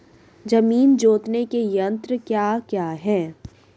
जमीन जोतने के यंत्र क्या क्या हैं?